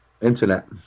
internet